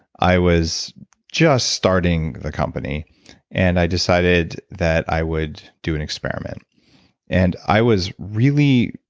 i was just starting the company and i decided that i would do an experiment and i was really,